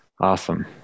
awesome